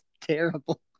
terrible